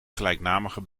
gelijknamige